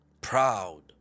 proud